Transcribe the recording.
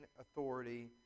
authority